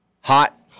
hot